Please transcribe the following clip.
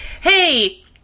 Hey